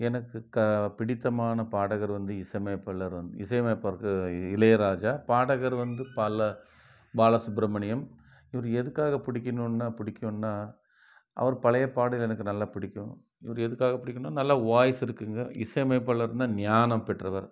எனக்கு பிடித்தமான பாடகர் வந்து இசையமைப்பாளர் வந்து இசையமைப்பாளர் இளையராஜா பாடகர் வந்து பால பாலசுப்ரமணியம் இவர் எதுக்காக பிடிக்கணும்னா புடிக்கும்னா அவர் பழைய பாடல்கள் எனக்கு நல்லா பிடிக்கும் இவர் எதுக்காக பிடிக்கும்னால் நல்ல வாய்ஸ் இருக்குங்க இசையமைப்பாளர்னு ஞானம் பெற்றவர்